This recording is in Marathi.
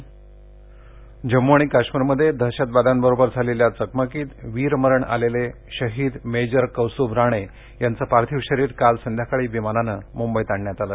शहीद जम्मू आणि काश्मीरमध्ये दहशतवाद्यांबरोबर झालेल्या चकमकीत वीरमरण आलेले शहीद मेजर कौस्तुभ राणे यांचं पार्थिव शरीर काल संध्याकाळी विमामानं सुंबईत आणण्यात आलं